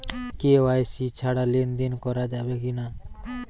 KYC ছাড়া লেনদেন করা যাবে কিনা?